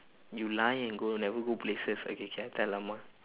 you lie and go never go places okay K I tell amma